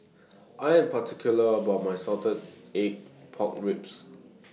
I Am particular about My Salted Egg Pork Ribs